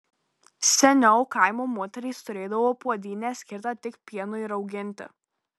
seniau kaimo moterys turėdavo puodynę skirtą tik pienui rauginti